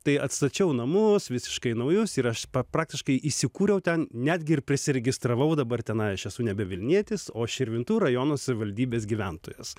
tai atstačiau namus visiškai naujus ir aš praktiškai įsikūriau ten netgi ir prisiregistravau dabar tenai aš esu nebe vilnietis o širvintų rajono savivaldybės gyventojas